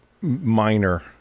minor